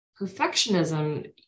perfectionism